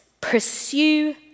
Pursue